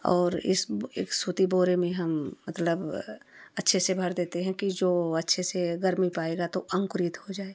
और इस्ब एक सूती बोरे में हम मतलब अच्छे से भर देते हैं कि जो अच्छे से गर्मी पाएगा तो अंकुरित हो जाए